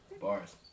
Bars